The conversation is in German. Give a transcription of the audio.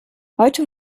heute